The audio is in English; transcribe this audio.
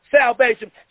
salvation